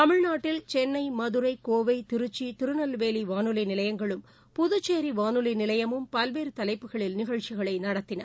தமிழ்நாட்டில் சென்னை மதுரை கோவை திருச்சி திருநெல்வேலி வானொலி நிலையங்களும் புதுச்சேரி வானொலி நிலையமும் பல்வேறு தலைப்புகளில் நிகழச்சிகளை நடத்தின